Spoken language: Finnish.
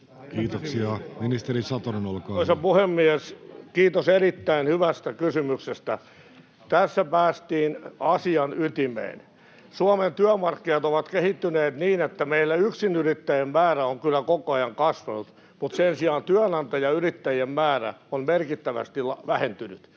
Time: 16:12 Content: Arvoisa puhemies! Kiitos erittäin hyvästä kysymyksestä. Tässä päästiin asian ytimeen. Suomen työmarkkinat ovat kehittyneet niin, että meillä yksinyrittäjien määrä on kyllä koko ajan kasvanut mutta sen sijaan työnantajayrittäjien määrä on merkittävästi vähentynyt,